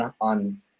on